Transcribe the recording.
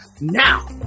Now